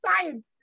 science